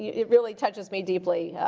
it really touches me deeply,